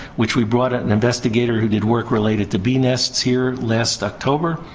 which we brought an investigator who did work related to bee nests here last october.